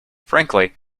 frankly